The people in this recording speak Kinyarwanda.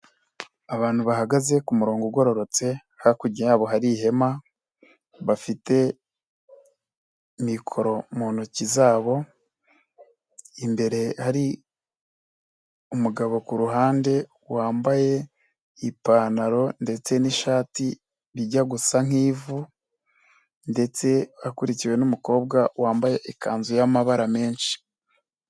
Abantu bahagaze ku murongo ugororotse, hakurya yabo hari ihema, bafite mikoro mu ntoki zabo, imbere hari umugabo ku ruhande wambaye ipantaro ndetse n'ishati bijya gusa nk'ivu ndetse bakurikiwe n'umukobwa wambaye ikanzu y'amabara menshi.